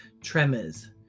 tremors